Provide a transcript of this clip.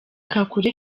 kakule